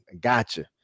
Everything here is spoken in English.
gotcha